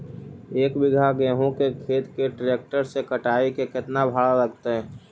एक बिघा गेहूं के खेत के ट्रैक्टर से कटाई के केतना भाड़ा लगतै?